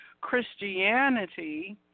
Christianity